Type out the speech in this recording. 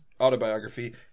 autobiography